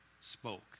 spoke